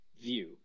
view